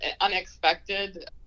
unexpected